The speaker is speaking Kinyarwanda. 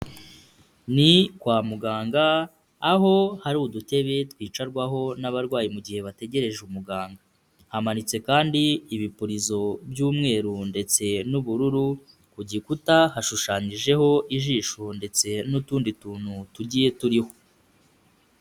Ni kwa muganga, aho hari udutebe twicarwaho n'abarwayi mu gihe bategereje umuganga, hamanitse kandi ibipurizo by'umweru ndetse n'ubururu, ku gikuta hashushanyijeho ijisho ndetse n'utundi tuntu tugiye turiho.